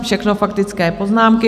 Všechno faktické poznámky.